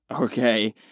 okay